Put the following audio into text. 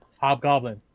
hobgoblin